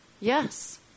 Yes